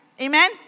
amen